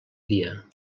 dia